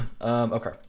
okay